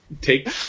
take